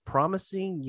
Promising